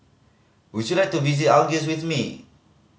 would you like to visit Algiers with me